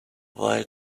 while